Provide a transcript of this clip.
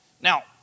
Now